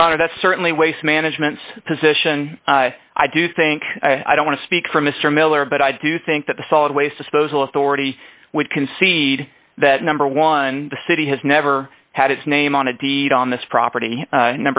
your honor that's certainly waste management position i do think i don't want to speak for mr miller but i do think that the solid waste disposal authority would concede that number one the city has never had its name on a deed on this property